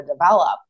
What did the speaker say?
develop